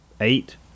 Eight